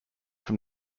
from